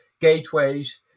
gateways